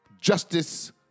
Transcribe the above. justice